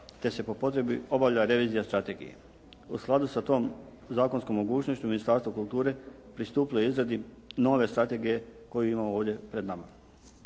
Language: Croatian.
te se po potrebi obavlja revizija strategije. U skladu sa tom zakonskom mogućnošću Ministarstvo kulture pristupilo je izradi nove strategije koju imamo ovdje pred nama.